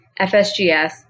FSGS